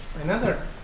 another